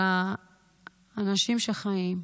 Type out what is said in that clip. האנשים שחיים,